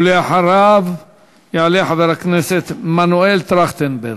ואחריו יעלה חבר הכנסת מנואל טרכטנברג.